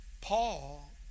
Paul